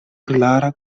klara